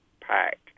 pack